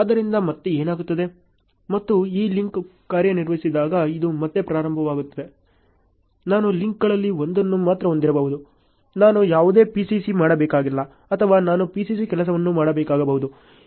ಆದ್ದರಿಂದ ಮತ್ತೆ ಏನಾಗುತ್ತದೆ ಮತ್ತು ಈ ಲಿಂಕ್ ಕಾರ್ಯನಿರ್ವಹಿಸಿದಾಗ ಇದು ಮತ್ತೆ ಪ್ರಾರಂಭವಾಗುತ್ತದೆ ನಾನು ಲಿಂಕ್ಗಳಲ್ಲಿ ಒಂದನ್ನು ಮಾತ್ರ ಹೊಂದಿರಬಹುದು ನಾನು ಯಾವುದೇ PCC ಮಾಡಬೇಕಾಗಿಲ್ಲ ಅಥವಾ ನಾನು PCC ಕೆಲಸವನ್ನು ಮಾಡಬೇಕಾಗಬಹುದು